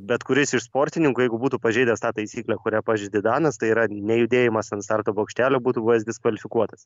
bet kuris iš sportininkų jeigu būtų pažeidęs tą taisyklę kurią pažeidė danas tai yra nejudėjimas ant starto bokštelio būtų buvęs diskvalifikuotas